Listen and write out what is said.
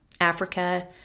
Africa